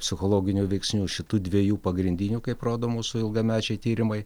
psichologinių veiksnių šitų dviejų pagrindinių kaip rodo mūsų ilgamečiai tyrimai